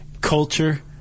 culture